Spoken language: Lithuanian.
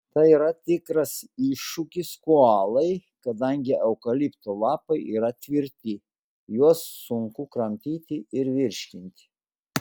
tai yra tikras iššūkis koalai kadangi eukalipto lapai yra tvirti juos sunku kramtyti ir virškinti